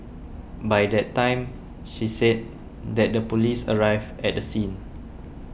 by that time she said that the police arrived at the scene